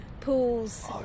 pools